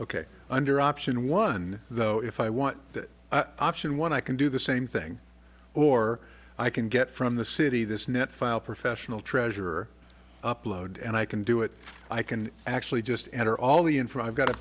ok under option one though if i want that option one i can do the same thing or i can get from the city this net file professional treasure upload and i can do it i can actually just enter all the i